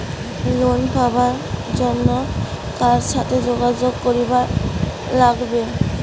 Loan পাবার জন্যে কার সাথে যোগাযোগ করিবার লাগবে?